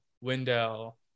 Wendell